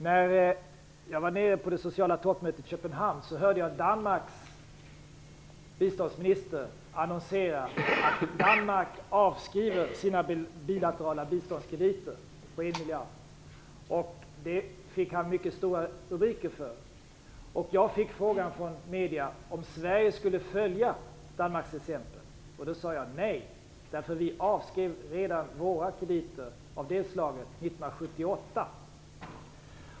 När jag deltog vid det sociala toppmötet i Köpenhamn hörde jag Danmarks biståndsminister annonsera att Danmark avskriver sina bilaterala biståndskrediter om 1 miljard, och för det fick han mycket stora rubriker. Jag fick från medierna frågan om Sverige skulle följa Danmarks exempel. Jag sade då nej, eftersom vi avskrev våra krediter av det slaget redan 1978.